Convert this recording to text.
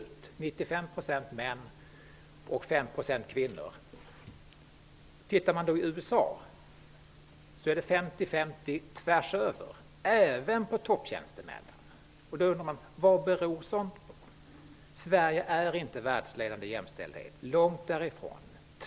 Det är 95 % män och 5 % kvinnor. I USA är det 50--50 tvärsöver, även när det gäller topptjänstemännen. Då kan man undra vad sådant beror på. Sverige är inte världsledande i jämställdhet, långt därifrån.